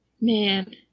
Man